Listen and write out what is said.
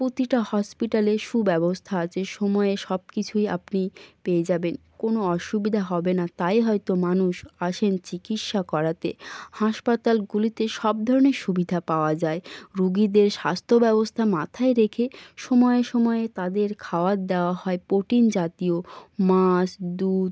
প্রতিটা হসপিটালে সুব্যবস্থা আছে সময়ে সব কিছুই আপনি পেয়ে যাবেন কোনো অসুবিধা হবে না তাই হয়তো মানুষ আসেন চিকিৎসা করাতে হাসপাতালগুলিতে সব ধরনের সুবিধা পাওয়া যায় রোগীদের স্বাস্থ্যব্যবস্থা মাথায় রেখে সময়ে সময়ে তাদের খাবার দেওয়া হয় প্রোটিন জাতীয় মাছ দুধ